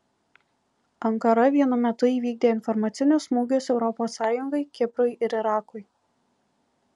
ankara vienu metu įvykdė informacinius smūgius europos sąjungai kiprui ir irakui